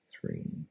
three